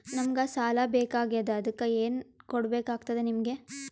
ನಮಗ ಸಾಲ ಬೇಕಾಗ್ಯದ ಅದಕ್ಕ ಏನು ಕೊಡಬೇಕಾಗ್ತದ ನಿಮಗೆ?